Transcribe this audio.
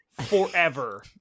forever